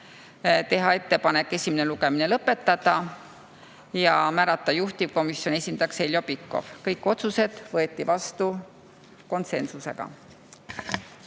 teha ettepanek esimene lugemine lõpetada ja määrata juhtivkomisjoni esindajaks Heljo Pikhof. Kõik otsused võeti vastu konsensusega.